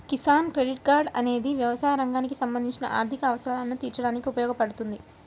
Kisan credit card అనేది వ్యవసాయ రంగానికి సంబంధించిన ఆర్థిక అవసరాలను తీర్చడానికి ఉపయోగపడుతుంది